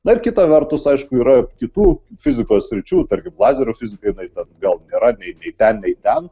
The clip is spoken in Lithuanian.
na ir kita vertus aišku yra kitų fizikos sričių tarkim lazerių fiziką jinai ten gal nėra nei nei ten nei ten